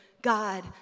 God